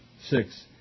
Six